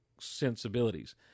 sensibilities